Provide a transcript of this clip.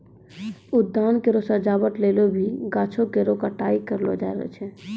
उद्यान केरो सजावट लेलि भी गाछो केरो छटाई कयलो जाय छै